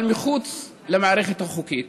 אבל מחוץ למערכת החוקית.